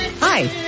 Hi